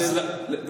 זה לא, יפה.